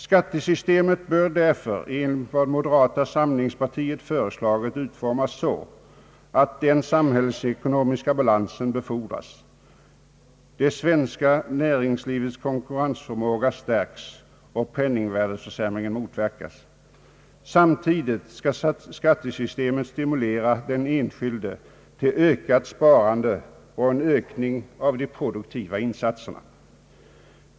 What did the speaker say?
Skattesystemet bör därför i enlighet med vad moderata samlingspartiet föreslagit utformas så att den samhällsekonomiska balansen befordras, det svenska närings livets konkurrensförmåga stärks och penningvärdeförsämringen motverkas. Samtidigt skall skattesystemet stimulera den enskilde till ett ökat sparande och en ökning av de produktiva insatserna.